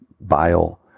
bile